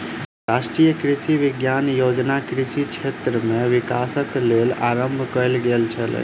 राष्ट्रीय कृषि विकास योजना कृषि क्षेत्र में विकासक लेल आरम्भ कयल गेल छल